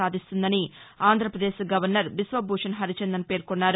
సాధిన్తుందని Andhra Pradesh governor Biswabhusan Harichandan పేర్కొన్నారు